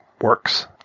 works